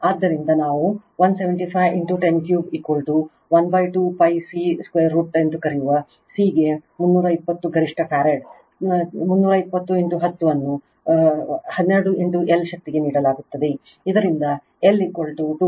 ಆದ್ದರಿಂದ ನಾವು 175 10312 π c√√ ಎಂದು ಕರೆಯುವ C ಗೆ 320 ಗರಿಷ್ಠ ಫರಾಡ್ 320 10 ಅನ್ನು 12 L ಶಕ್ತಿಗೆ ನೀಡಲಾಗುತ್ತದೆ ಇದರಿಂದ L 2